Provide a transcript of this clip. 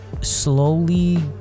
slowly